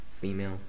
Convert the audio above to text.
female